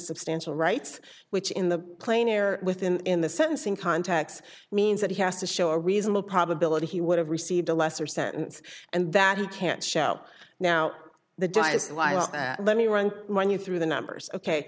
substantial rights which in the plane or within the sentencing contacts means that he has to show a reasonable probability he would have received a lesser sentence and that he can't shout now the dice let me run mine you through the numbers ok